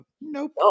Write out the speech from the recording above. Nope